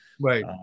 Right